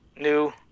new